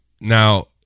Now